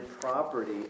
property